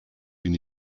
bin